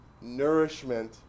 nourishment